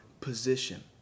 position